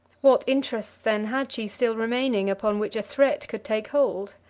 what interests, then, had she still remaining upon which a threat could take hold?